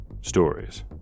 stories